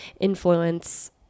influence